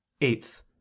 eighth